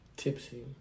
Tipsy